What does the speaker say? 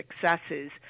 successes